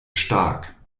stark